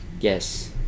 Yes